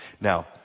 now